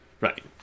Right